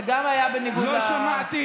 זה גם היה בניגוד, לא שמעתי